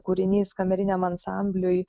kūrinys kameriniam ansambliui